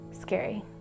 scary